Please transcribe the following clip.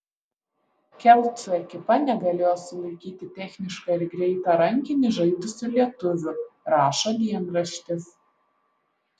kelcų ekipa negalėjo sulaikyti technišką ir greitą rankinį žaidusių lietuvių rašo dienraštis